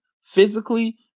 physically